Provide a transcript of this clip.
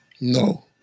No